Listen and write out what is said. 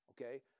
okay